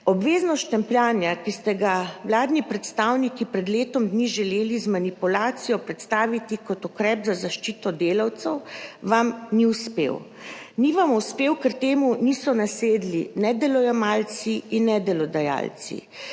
obveznosti štempljanja, ki ste ga vladni predstavniki pred letom dni želeli z manipulacijo predstaviti kot ukrep za zaščito delavcev, vam ni uspel. Ni vam uspel, ker temu niso nasedli ne delojemalci in ne delodajalci,